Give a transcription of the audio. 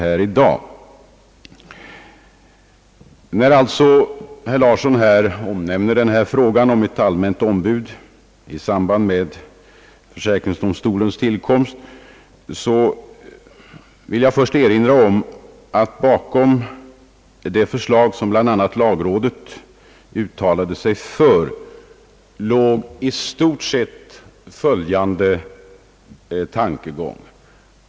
Eftersom herr Larsson omnämner frågan om ett allmänt ombud i samband med försäkrings domstolens tillkomst, vill jag erinra om att i stort sett följande tankegång låg bakom det förslag, som bland andra lagrådet uttalade sig för.